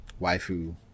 waifu